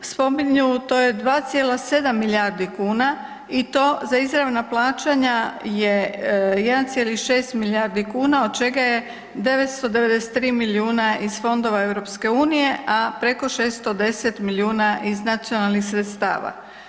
spominju, to je 2,7 milijardi kuna i to za izravna plaćanja je 1,6 milijardi kuna, od čega je 993 milijuna iz fondova Europske unije, a preko 610 milijuna iz nacionalnih sredstava.